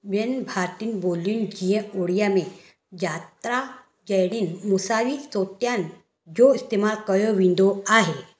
ॿियनि भारतीयुनि ॿोलियुनि कीअं उड़िया में जात्रा जहिड़नि मुसावी सौतयान जो इस्तेमालु कयो वेंदो आहे